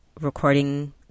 recording